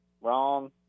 Wrong